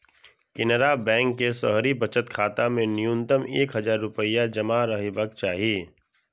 केनरा बैंकक शहरी बचत खाता मे न्यूनतम एक हजार रुपैया जमा रहबाक चाही